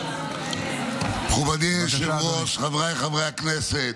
מכובדי היושב-ראש, חבריי חברי הכנסת,